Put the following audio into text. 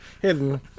hidden